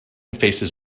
faces